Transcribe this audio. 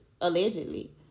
allegedly